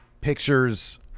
pictures